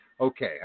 okay